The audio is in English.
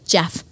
Jeff